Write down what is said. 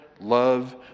love